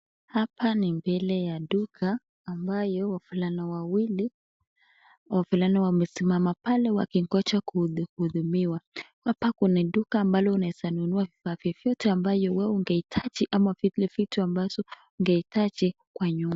Hapa ni mbele ya duka ambayo wafulana wawili wafulana wamesimama pale wakingoa kuhuthmiwa hapa Kuna duka ambalo nunu vivaa ambavyo wewe ungeitaji ama vitu ungeitaji Kwa nyumba.